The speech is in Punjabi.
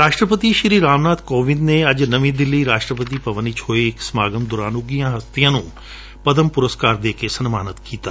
ਰਾਸ਼ਟਰਪਤੀ ਰਾਮ ਨਾਥ ਕੋਵਿੰਦ ਨੇ ਅੱਜ ਨਵੀ ਦਿੱਲੀ ਰਾਸ਼ਟਰਪਤੀ ਭਵਨ ਵਿਚ ਹੋਏ ਇਕ ਸਮਾਗਮ ਦੌਰਾਨ ਉਘੀਆਂ ਸ਼ਖਸੀਅਤਾਂ ਨੂੰ ਪਦਮ ਪੁਰਸਕਾਰ ਦੇ ਕੇ ਸਨਮਾਨਿਤ ਕੀਤਾ